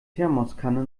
thermoskanne